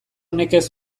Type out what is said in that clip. nekez